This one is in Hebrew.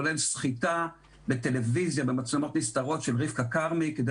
כולל סחיטה במצלמות נסתרות של רבקה כרמי כדי